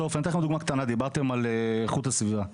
דיברתם על איכות הסביבה.